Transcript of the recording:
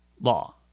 law